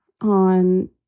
on